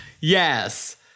yes